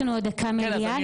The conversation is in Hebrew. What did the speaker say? יש לנו עוד מעט ישיבת מליאה.